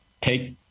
take